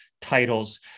titles